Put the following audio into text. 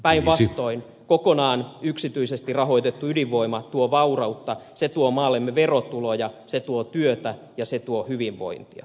päinvastoin kokonaan yksityisesti rahoitettu ydinvoima tuo vaurautta se tuo maallemme verotuloja se tuo työtä ja se tuo hyvinvointia